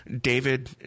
David